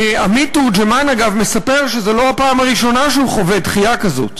עמית תורג'מן מספר שזאת לא הפעם הראשונה שהוא חווה דחייה כזאת.